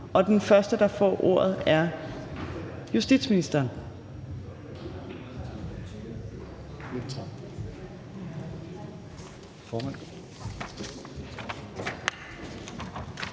og den første, der får ordet, er justitsministeren.